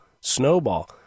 snowball